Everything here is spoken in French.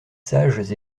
sages